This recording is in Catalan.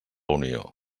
unió